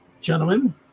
Gentlemen